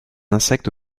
insecte